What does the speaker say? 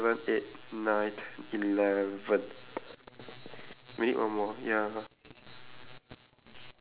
okay wait actually what one two three four five six seven eight nine ten eleven